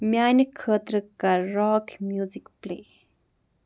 میانہِ خٲطرٕ کر راک میوٗزِک پلے